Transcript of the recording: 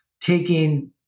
taking